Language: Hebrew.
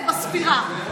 זה בספירה.